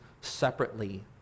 separately